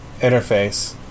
interface